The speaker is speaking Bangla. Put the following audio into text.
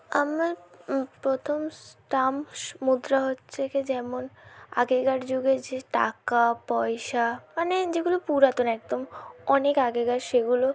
আমার প্রথম স্ট্যাম্পস মুদ্রা হচ্ছে কী যেমন আগেকার যুগে যে টাকা পয়সা মানে যেগুলো পুরাতন একদম অনেক আগেকার সেগুলো